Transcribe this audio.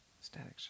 Static